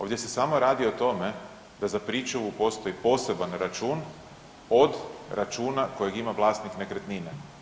Ovdje se samo radi o tome da za pričuvu postoji poseban račun od računa kojeg ima vlasnik nekretnine.